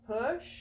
push